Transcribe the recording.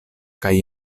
kaj